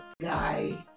guy